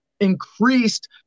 increased